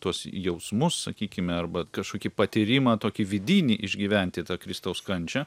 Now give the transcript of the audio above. tuos jausmus sakykime arba kažkokį patyrimą tokį vidinį išgyventi tą kristaus kančią